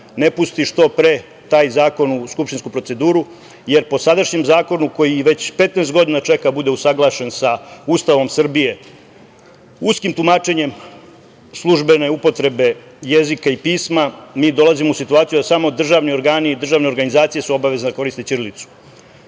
ne pusti što pre taj zakon u skupštinsku proceduru, jer po sadašnjem zakonu, koji već 15 godina čeka da bude usaglašen sa Ustavom Srbije, uskim tumačenjem službene upotrebe jezika i pisma mi dolazimo u situaciju da samo državni organi i državne organizacije su obavezne da koriste ćirilicu. Znači,